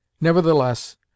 Nevertheless